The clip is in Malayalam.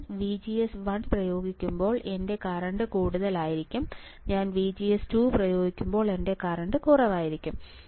ഞാൻ VGS1 പ്രയോഗിക്കുമ്പോൾ എൻറെ കറണ്ട് കൂടുതലായിരിക്കും ഞാൻ VGS2 പ്രയോഗിക്കുമ്പോൾ എന്റെ കറൻറ് കുറവായിരിക്കും